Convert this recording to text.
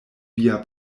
via